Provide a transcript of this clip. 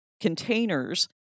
containers